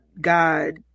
God